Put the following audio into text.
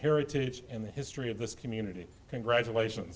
heritage in the history of this community congratulations